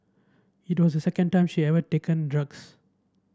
it was the second time she ever taken drugs